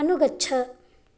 अनुगच्छ